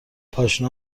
پاشنه